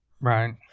Right